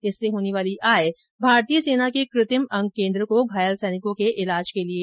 इससे होने वाली आय भारतीय सेना के कृ त्रिम अंग केंद्र को घायल सैनिकों के इलाज के लिए दी जाएगी